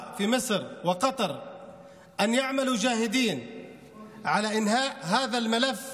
במצרים וקטר שיעשו מאמץ לסיים את המקרה